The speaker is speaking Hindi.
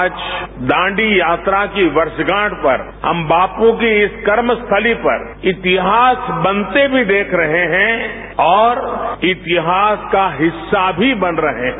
आज दांजी यात्रा की वर्षगांठ पर हम बापू की इस कर्मस्थली पर इतिहास बनते भी देख रहे हैं और इतिहास का हिस्सा भी बन रहे हैं